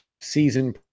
season